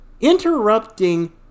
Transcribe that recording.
interrupting